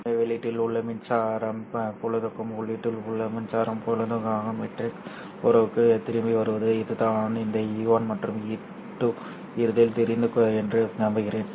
எனவே வெளியீட்டில் உள்ள மின்சார புலத்துக்கும் உள்ளீட்டில் உள்ள மின்சார புலத்துக்குமான மேட்ரிக்ஸ் உறவுக்கு திரும்பி வருவது இதுதான் இந்த E1 மற்றும் E2 இறுதியில் தெரியும் என்று நம்புகிறேன்